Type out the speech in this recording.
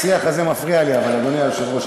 השיח הזה מפריע לי, אדוני היושב-ראש.